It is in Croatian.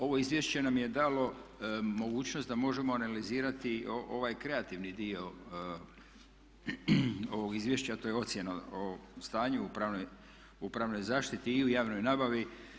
Ovo izvješće nam je dalo mogućnost da možemo analizirati ovaj kreativni dio ovog izvješća, a to je ocjena o stanju u pravnoj zaštiti u javnoj nabavi.